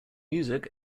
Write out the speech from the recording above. music